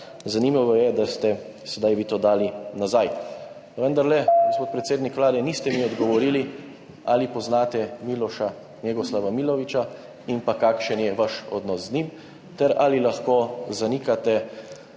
Zanimivo je, da ste zdaj vi to dali nazaj. Vendar, gospod predsednik Vlade, niste mi odgovorili: Ali poznate Miloša Njegoslava Milovića? Kakšen je vaš odnos z njim? Ali lahko zanikate navedbe,